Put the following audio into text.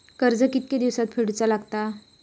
कर्ज कितके दिवसात फेडूचा लागता?